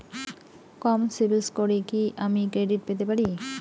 কম সিবিল স্কোরে কি আমি ক্রেডিট পেতে পারি?